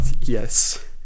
Yes